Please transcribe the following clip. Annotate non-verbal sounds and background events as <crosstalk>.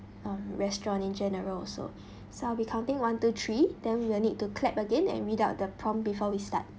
um restaurant in general also <breath> so I'll be counting one two three then we will need to clap again and read out the prompt before we start